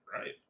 Right